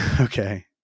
Okay